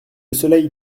soleil